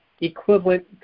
equivalent